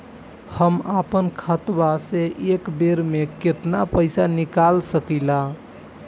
हम आपन खतवा से एक बेर मे केतना पईसा निकाल सकिला?